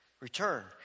return